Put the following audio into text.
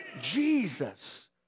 Jesus